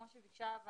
כמו שביקשה הוועדה,